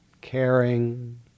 caring